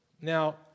Now